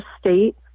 state